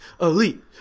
elite